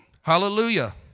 Hallelujah